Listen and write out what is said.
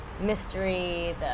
mystery